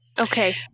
Okay